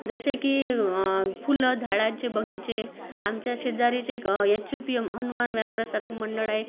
जसे की फुलं झाडांचे बगीचे आमच्या शेजारीच एक H V P M Hanuman Vyayam Prasarak Mandal आहे